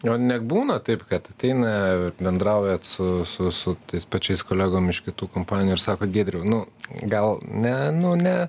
o nebūna taip kad ateina bendraujat su su tais pačiais kolegom iš kitų kompanijų ir sako giedriau nu gal ne nu ne